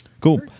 Cool